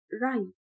right